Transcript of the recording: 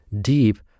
deep